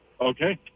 Okay